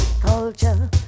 culture